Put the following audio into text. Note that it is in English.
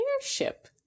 airship